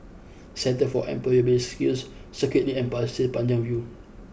Centre for Employability Skills Circuit Link and Pasir Panjang View